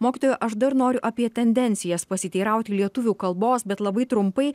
mokytoja aš dar noriu apie tendencijas pasiteirauti lietuvių kalbos bet labai trumpai